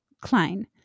Klein